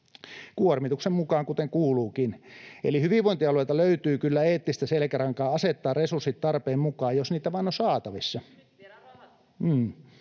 kuormituksen mukaan, kuten kuuluukin. Eli hyvinvointialueilta löytyy kyllä eettistä selkärankaa asettaa resurssit tarpeen mukaan, jos niitä vain on saatavissa.